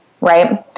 right